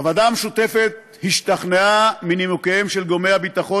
הוועדה המשותפת השתכנעה מנימוקיהם של גורמי הביטחון